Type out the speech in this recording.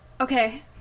Okay